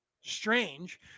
Strange